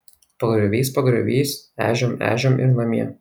pagrioviais pagrioviais ežiom ežiom ir namie